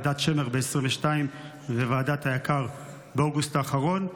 ועדת שמר ב-2022 וועדת היק"ר באוגוסט האחרון,